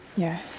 yeah.